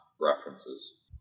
references